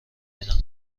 ببینم